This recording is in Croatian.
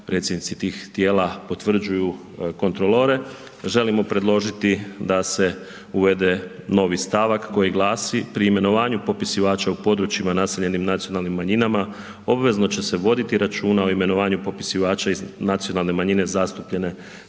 predsjednici tih tijela potvrđuju kontrolore želimo predložiti da se uvede novi stavak koji glasi: „Pri imenovanju popisivača u područjima naseljenim nacionalnim manjinama obvezno će se voditi računa o imenovanju popisivača iz nacionalne manjine zastupljene